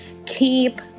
Keep